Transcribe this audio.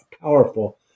powerful